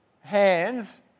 hands